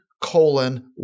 colon